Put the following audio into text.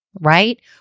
right